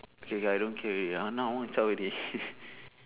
okay K I don't care already now I want to chao already